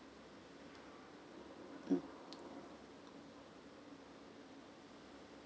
mm